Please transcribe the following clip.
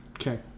Okay